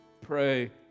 pray